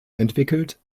entwickelt